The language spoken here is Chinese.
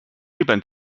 日本